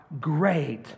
great